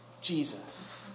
Jesus